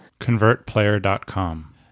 ConvertPlayer.com